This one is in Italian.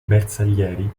bersaglieri